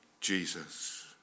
Jesus